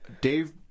Dave